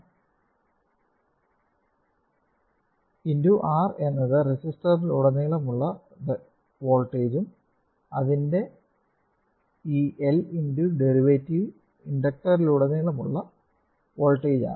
×R എന്നത് റെസിസ്റ്ററിലുടനീളമുള്ള വോൾട്ടേജും അതിന്റെ ഈ L× ഡെറിവേറ്റീവ് ഇൻഡക്ടറിലുടനീളമുള്ള വോൾട്ടേജാണ്